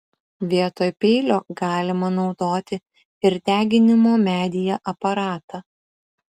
vietoj peilio galima naudoti ir deginimo medyje aparatą